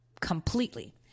completely